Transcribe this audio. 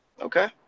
Okay